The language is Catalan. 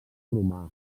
romà